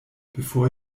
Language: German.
bevor